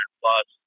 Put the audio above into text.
plus